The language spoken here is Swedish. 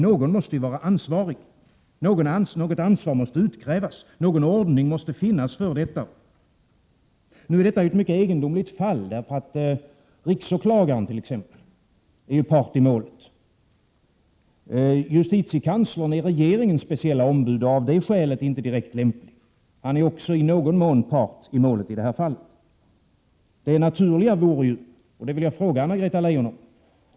Någon måste ju vara ansvarig, och något ansvar måste utkrävas — någon ordning måste finnas för det. Nu är detta ett mycket egendomligt fall. Riksåklagaren är t.ex. part i Prot. 1987/88:124 målet. Justitiekanslern är regeringens speciella ombud och av det skälet inte 20 maj 1988 direkt lämplig. Han är i det här fallet också i någon mån part i målet.